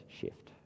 shift